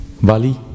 Bali